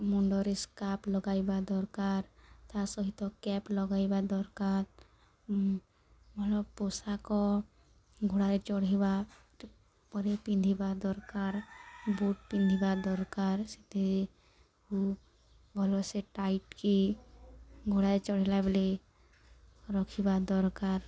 ମୁଣ୍ଡରେ ସ୍କାର୍ପ୍ ଲଗାଇବା ଦରକାର ତା' ସହିତ କ୍ୟାପ୍ ଲଗାଇବା ଦରକାର ଭଲ ପୋଷାକ ଘୋଡ଼ାରେ ଚଢ଼ିବା ପରେ ପିନ୍ଧିବା ଦରକାର ବୁଟ୍ ପିନ୍ଧିବା ଦରକାର ସେଥିରେ ଭଲ ସେ ଟାଇଟ୍କି ଘୋଡ଼ାରେ ଚଢ଼ିଲା ବେଳେ ରଖିବା ଦରକାର